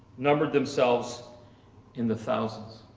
numbered themselves in the thousands.